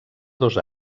dos